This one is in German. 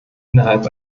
innerhalb